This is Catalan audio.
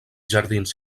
jardins